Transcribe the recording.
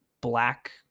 black